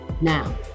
now